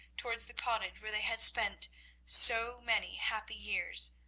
towards the cottage where they had spent so many happy years,